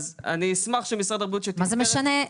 אז אני אשמח שמשרד הבריאות -- מה זה משנה?